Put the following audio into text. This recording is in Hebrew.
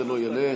זה לא ילך.